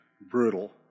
brutal